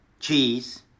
Cheese